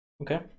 Okay